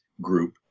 group